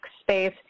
space